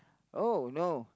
oh no